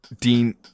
Dean